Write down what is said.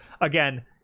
Again